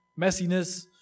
messiness